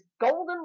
golden